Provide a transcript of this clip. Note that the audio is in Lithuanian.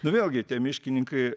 nu vėlgi tie miškininkai